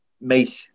make